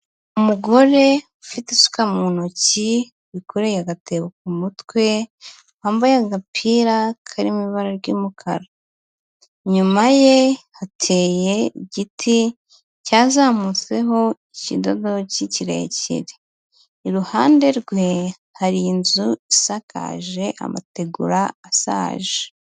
Umugore ufite isuka mu ntoki, wikoreye agatebo ku mutwe, wambaye agapira kari mu ibara ry'umukara, inyuma ye hateye igiti cyazamutseho ikidodoki kirekire, iruhande rwe hari inzu isakaje amategura ashaje.